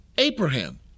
Abraham